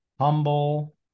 humble